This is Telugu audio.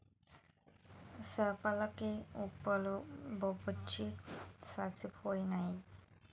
సేపల కి మొప్పల జబ్బొచ్చి సచ్చిపోయినాయి